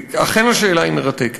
אכן, השאלה היא מרתקת.